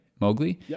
Mowgli